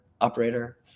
operator